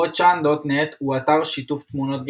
Krautchan.net הוא אתר שיתוף תמונות גרמני,